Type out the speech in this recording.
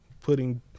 putting